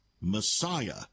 Messiah